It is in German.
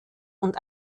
und